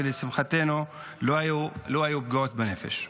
לשמחתנו לא היו פגיעות בנפש.